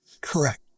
correct